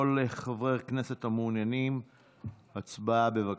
כל חברי הכנסת המעוניינים, הצבעה, בבקשה.